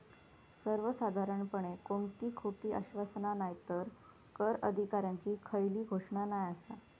सर्वसाधारणपणे कोणती खोटी आश्वासना नायतर कर अधिकाऱ्यांची खयली घोषणा नाय आसा